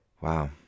Wow